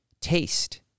Taste